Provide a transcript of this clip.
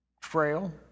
frail